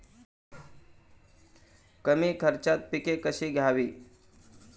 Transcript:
कमी खर्चात पिके कशी घ्यावी?